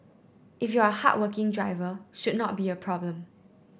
if you're hardworking driver should not be a problem